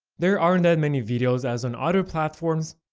there aren't that many videos as on other platforms,